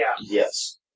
Yes